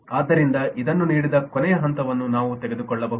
ಆದ್ದರಿಂದ ಇದನ್ನು ನೀಡಿದ ಕೊನೆಯ ಹಂತವನ್ನು ನಾವು ತೆಗೆದುಕೊಳ್ಳಬಹುದು